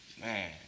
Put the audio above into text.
man